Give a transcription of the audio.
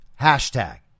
hashtag